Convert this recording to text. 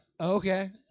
Okay